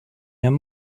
haben